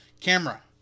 camera